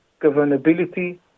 governability